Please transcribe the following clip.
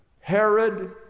Herod